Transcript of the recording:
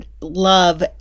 love